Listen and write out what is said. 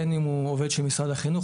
בין אם הוא עובד של משרד החינוך,